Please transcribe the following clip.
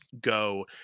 go